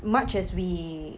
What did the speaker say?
much as we